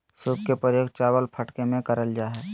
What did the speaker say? सूप के प्रयोग चावल फटके में करल जा हइ